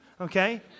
Okay